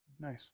Nice